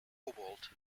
cobalt